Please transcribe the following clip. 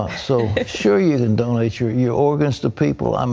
um so sure, you can donate your your organs to people, um